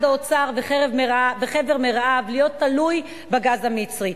האוצר וחבר מרעיו להיות תלוי בגז המצרי.